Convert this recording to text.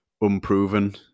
unproven